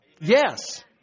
Yes